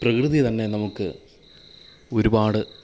പ്രകൃതി തന്നെ നമുക്ക് ഒരുപാട്